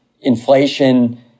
inflation